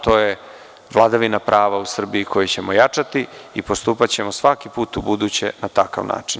To je vladavina prava u Srbiji koju ćemo jačati i postupaćemo svaki put ubuduće na takav način.